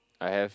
I have